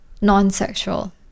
non-sexual